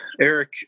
eric